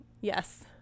yes